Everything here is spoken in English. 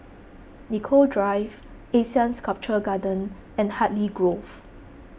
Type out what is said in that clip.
Nicoll Drive Asean Sculpture Garden and Hartley Grove